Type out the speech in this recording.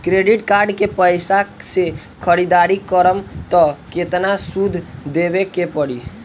Credit card के पैसा से ख़रीदारी करम त केतना सूद देवे के पड़ी?